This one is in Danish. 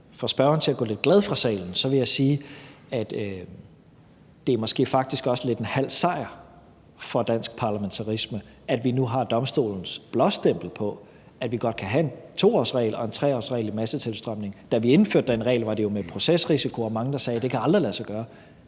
få spørgeren til at gå lidt glad fra salen, vil jeg sige, at det måske faktisk også er lidt en halv sejr for dansk parlamentarisme, at vi nu har Domstolens blåstempling af, at vi godt kan have en 2-årsregel, og en 3-årsregel i tilfælde af massetilstrømning. Da vi indførte den regel, var det jo med procesrisiko og mange, der sagde, at det aldrig kunne lade sig gøre.